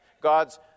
God's